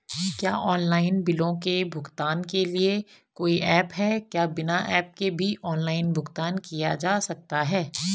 क्या ऑनलाइन बिलों के भुगतान के लिए कोई ऐप है क्या बिना ऐप के भी ऑनलाइन भुगतान किया जा सकता है?